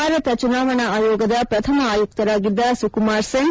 ಭಾರತ ಚುನಾವಣಾ ಆಯೋಗದ ಪ್ರಥಮ ಆಯುಕ್ತರಾಗಿದ್ದ ಸುಕುಮಾರ್ ಸೆನ್